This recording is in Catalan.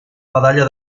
medalla